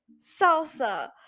salsa